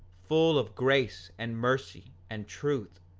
full of grace, and mercy, and truth.